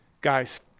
guys